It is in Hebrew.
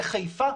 מחיפה.